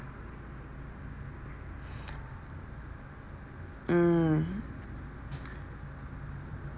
mm